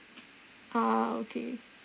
ah okay